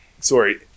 sorry